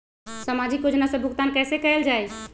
सामाजिक योजना से भुगतान कैसे कयल जाई?